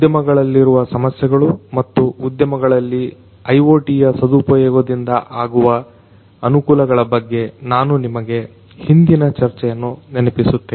ಉದ್ಯಮಗಳಲ್ಲಿರುವ ಸಮಸ್ಯೆಗಳು ಮತ್ತು ಉದ್ಯಮಗಳಲ್ಲಿ IoTಯ ಸದುಪಯೋಗದಿಂದ ಆಗುವ ಅನುಕೂಲಗಳ ಬಗ್ಗೆ ನಾನು ನಿಮಗೆ ಹಿಂದಿನ ಚರ್ಚೆಯನ್ನ ನೆನಪಿಸುತ್ತೇನೆ